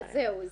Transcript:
אז זהו.